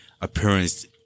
appearance